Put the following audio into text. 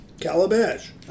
Calabash